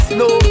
no